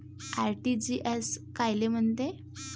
RTGS कायले म्हनते?